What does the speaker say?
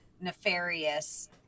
nefarious